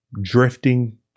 drifting